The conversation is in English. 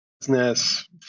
business